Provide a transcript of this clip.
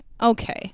Okay